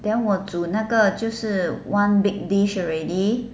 then 我煮那个就是 one big dish already